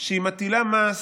שהיא מטילה מס